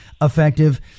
effective